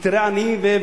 כי תראה עניים,